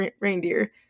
Reindeer